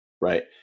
right